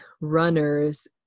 runners